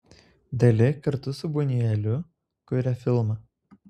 dali kartu su bunjueliu kuria filmą